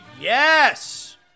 Yes